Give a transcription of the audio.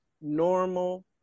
normal